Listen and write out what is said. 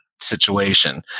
situation